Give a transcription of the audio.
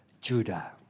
Judah